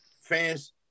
fans